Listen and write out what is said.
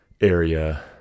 area